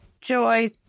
Joy